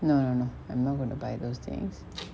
no no no I'm not going to buy those things